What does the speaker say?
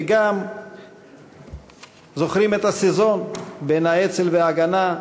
ואנחנו גם זוכרים את ה"סזון" בין האצ"ל ל"הגנה",